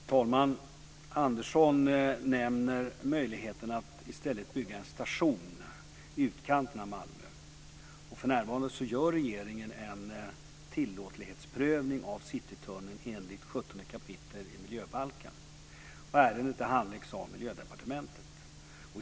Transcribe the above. Herr talman! Andersson nämner möjligheten att i stället bygga en station i utkanten av Malmö. För närvarande gör regeringen en tillåtlighetsprövning av Citytunneln enligt 17 kap. miljöbalken. Ärendet handläggs av Miljödepartementet.